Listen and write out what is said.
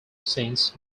since